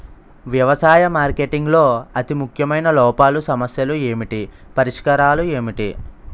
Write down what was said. వ్యవసాయ మార్కెటింగ్ లో అతి ముఖ్యమైన లోపాలు సమస్యలు ఏమిటి పరిష్కారాలు ఏంటి?